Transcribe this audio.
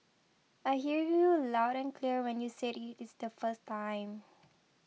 I hear you loud and clear when you said it is the first time